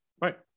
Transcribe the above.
Right